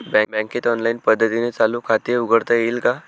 बँकेत ऑनलाईन पद्धतीने चालू खाते उघडता येईल का?